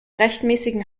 rechtmäßigen